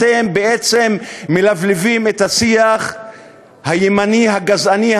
אתם בעצם מלבלבים את השיח הימני הגזעני,